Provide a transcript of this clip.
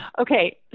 Okay